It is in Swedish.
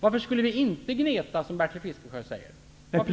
Varför skulle vi inte gneta, som Bertil Fiskesjö säger?